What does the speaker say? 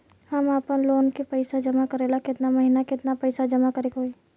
हम आपनलोन के पइसा जमा करेला केतना महीना केतना पइसा जमा करे के होई?